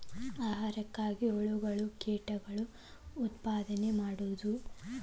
ಆಹಾರಕ್ಕಾಗಿ ಹುಳುಗಳ ಕೇಟಗಳ ಉತ್ಪಾದನೆ ಮಾಡುದು